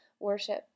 Worship